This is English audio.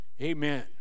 Amen